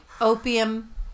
opium